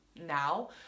now